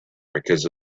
because